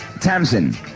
tamsin